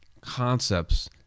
concepts